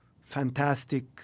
fantastic